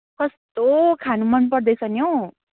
कस्तो खान मन पर्दैछ नि हौ